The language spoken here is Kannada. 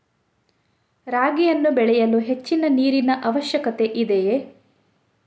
ರಾಗಿಯನ್ನು ಬೆಳೆಯಲು ಹೆಚ್ಚಿನ ನೀರಿನ ಅವಶ್ಯಕತೆ ಇದೆಯೇ?